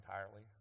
entirely